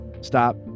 Stop